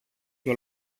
και